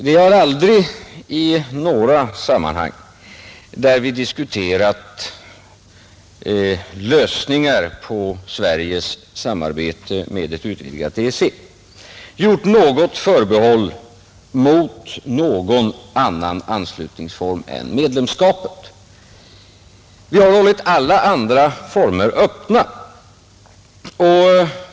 Vi har aldrig i några sammanhang, där vi diskuterat lösningar av Sveriges samarbete med ett utvidgat EEC, gjort förbehåll i fråga om någon annan anslutningsform än medlemskapet. Vi har hållit alla andra former öppna.